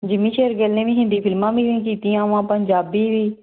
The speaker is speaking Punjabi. ਜਿੰਮੀ ਸ਼ੇਰਗਿੱਲ ਨੇ ਵੀ ਹਿੰਦੀ ਫਿਲਮਾਂ ਵੀ ਕੀਤੀਆਂ ਵਾ ਪੰਜਾਬੀ ਵੀ